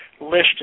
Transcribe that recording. listed